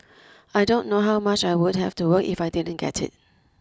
I don't know how much I would have to work if I didn't get it